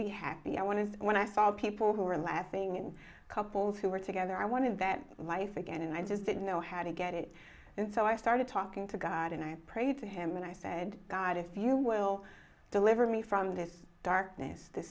be happy i wanted when i saw people who were laughing and couples who were together i wanted that life again and i just didn't know how to get it and so i started talking to god and i prayed to him and i said god if you will deliver me from this darkness th